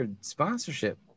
sponsorship